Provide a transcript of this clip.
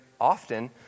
often